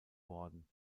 worden